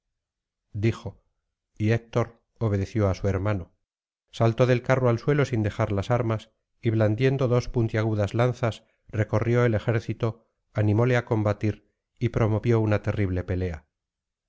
dijo y héctor obedeció á su hermano saltó del carro al suelo sin dejar las armas y blandiendo dos puntiagudas lanzas recorrió el ejército animóle á combatir y promovió una terrible pelea